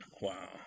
Wow